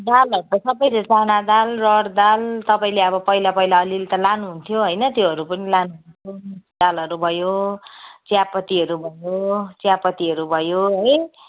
दालहरू त सबै चाना दाल रहर दाल तपाईँले अब पहिला पहिला अलिअलि त लानुहुन्थ्यो होइन त्योहरू त दालहरू भयो चियापत्तीहरू भयो चियापत्तीहरू भयो है